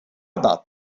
about